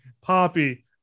poppy